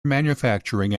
manufacturing